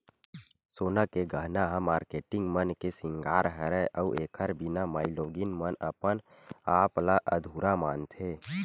सोना के गहना ह मारकेटिंग मन के सिंगार हरय अउ एखर बिना माइलोगिन मन अपन आप ल अधुरा मानथे